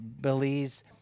Belize